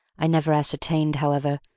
i never ascertained, however,